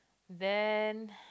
then